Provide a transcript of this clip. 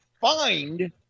find